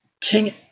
King